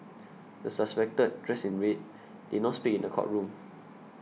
the suspected dressed in red did not speak in the courtroom